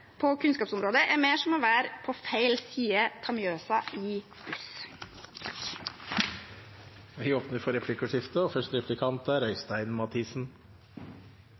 på kunnskapsområdet er mer som å være på «feil side ta Mjøsa i buss». Det blir replikkordskifte. Læreren er en av de viktigste faktorene for